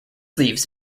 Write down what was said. leaves